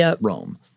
Rome